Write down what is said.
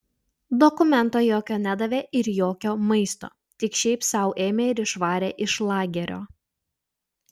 dokumento jokio nedavė ir jokio maisto tik šiaip sau ėmė ir išvarė iš lagerio